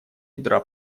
ядра